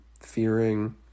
fearing